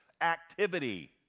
activity